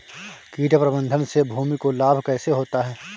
कीट प्रबंधन से भूमि को लाभ कैसे होता है?